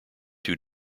two